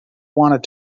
wanted